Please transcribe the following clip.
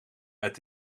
met